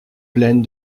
pleine